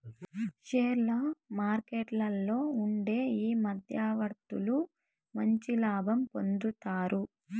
షేర్ల మార్కెట్లలో ఉండే ఈ మధ్యవర్తులు మంచి లాభం పొందుతారు